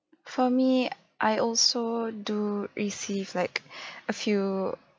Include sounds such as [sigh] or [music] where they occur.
for me I also do receive like [breath] a few